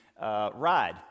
ride